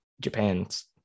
Japan's